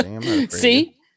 See